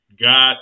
got